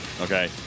Okay